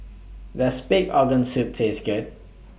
Does Pig Organ Soup Taste Good